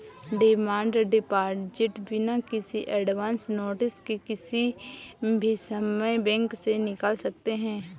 demand deposit बिना किसी advance notice के किसी भी समय बैंक से निकाल सकते है